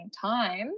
time